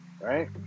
Right